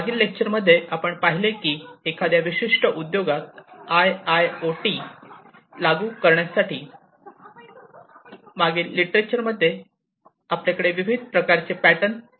मागील लेक्चर मध्ये आपण पाहिले की एखाद्या विशिष्ट उद्योगात आयआयओटी लागू करण्यासाठी मागील लिटरेचर मध्ये आमच्याकडे विविध प्रकारचे पॅटर्न वापरले जाऊ शकतात